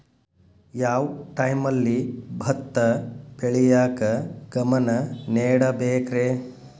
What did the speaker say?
ಯಾವ್ ಟೈಮಲ್ಲಿ ಭತ್ತ ಬೆಳಿಯಾಕ ಗಮನ ನೇಡಬೇಕ್ರೇ?